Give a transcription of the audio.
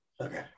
Okay